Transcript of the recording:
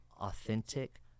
authentic